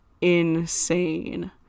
insane